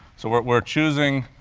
so we're choosing